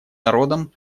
народам